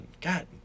God